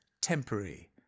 temporary